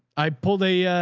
i pulled a,